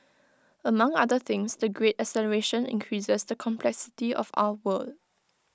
among other things the great acceleration increases the complexity of our world